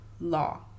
law